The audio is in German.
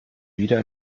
wieder